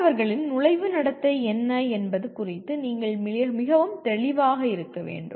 மாணவர்களின் நுழைவு நடத்தை என்ன என்பது குறித்து நீங்கள் மிகவும் தெளிவாக இருக்க வேண்டும்